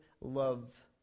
love